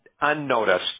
unnoticed